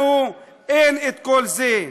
לנו אין את כל זה.